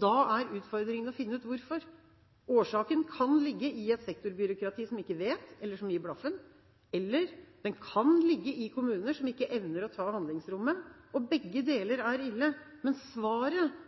Da er utfordringen å finne ut hvorfor. Årsaken kan ligge i et sektorbyråkrati som ikke vet, eller som gir blaffen, eller den kan ligge i kommuner som ikke evner å ta handlingsrommet. Begge deler er ille, men svaret